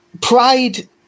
pride